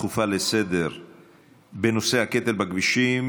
דחופות לסדר-היום בנושא: הקטל בכבישים,